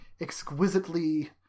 exquisitely